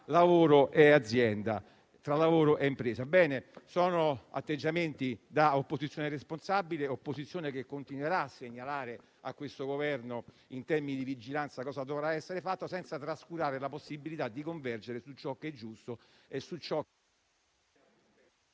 lavoro e azienda, tra lavoro e impresa. Bene, sono atteggiamenti da opposizione responsabile, che continuerà a segnalare a questo Governo, in termini di vigilanza, cosa dovrà essere fatto, senza trascurare la possibilità di convergere su ciò che è giusto e su ciò...